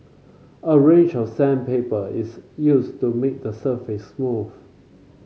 a range of sandpaper is used to make the surface smooth